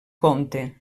compte